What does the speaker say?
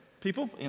people